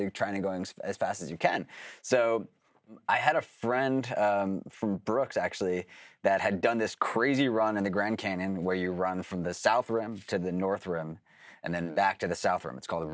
to trying to going as fast as you can so i had a friend from brooks actually that had done this crazy run in the grand canyon where you run from the south rim to the north rim and then back to the south rim it's called